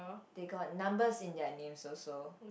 they got numbers in their name also